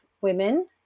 women